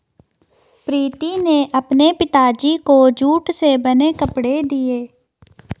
प्रीति ने अपने पिताजी को जूट से बने कपड़े दिए